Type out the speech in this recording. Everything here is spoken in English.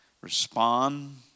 respond